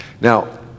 Now